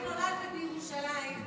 אני נולדתי בירושלים,